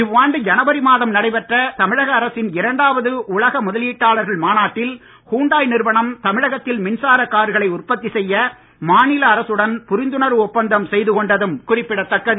இவ்வாண்டு ஜனவரி மாதம் நடைபெற்ற தமிழக அரசின் இரண்டாவது உலக முதலீட்டாளர்கள் மாநாட்டில் ஹுண்டாய் நிறுவனம் தமிழகத்தில் மின்சார கார்களை உற்பத்தி செய்ய மாநில அரசுடன் புரிந்துணர்வு ஒப்பந்தம் செய்து கொண்டதும் குறிப்பிடத்தக்கது